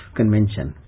convention